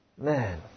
Man